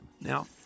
Now